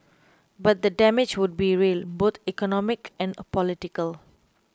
but the damage would be real both economic and political